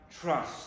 trust